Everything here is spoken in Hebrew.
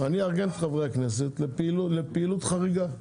אני אארגן את חברי הכנסת לפעילות חריגה.